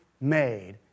made